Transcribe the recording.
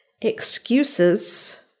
excuses